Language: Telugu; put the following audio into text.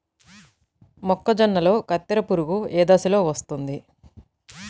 మొక్కజొన్నలో కత్తెర పురుగు ఏ దశలో వస్తుంది?